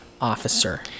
officer